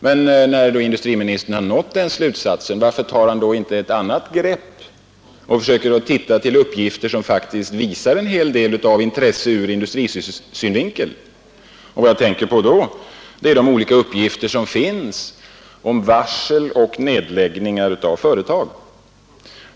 Men när industriministern nu nått den slutsatsen, varför tar han då inte ett annat grepp och försöker att titta på uppgifter som faktiskt visar en hel del av intresse ur industrisynvinkel. Jag tänker då på de olika uppgifter som finns om varsel och nedläggningar av företag.